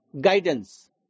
guidance